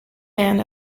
man